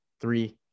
Three